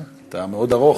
אתה מאוד ארוך,